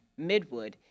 Midwood